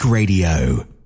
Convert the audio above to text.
Radio